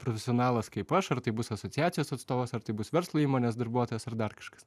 profesionalas kaip aš ar tai bus asociacijos atstovas ar tai bus verslo įmonės darbuotojas ar dar kažkas